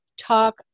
Talk